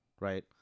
Right